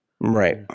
Right